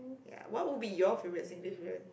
what would be your favourite Singlish word